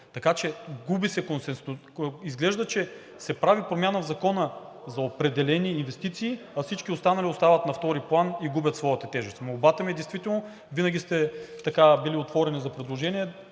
изчезна. Изглежда, че се прави промяна в Закона за определени инвестиции, а всички останали остават на втори план и губят своята тежест. Молбата ми е – винаги сте били отворени за предложния: